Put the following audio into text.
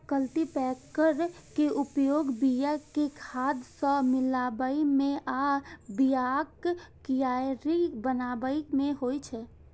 cultipacker के उपयोग बिया कें खाद सं मिलाबै मे आ बियाक कियारी बनाबै मे होइ छै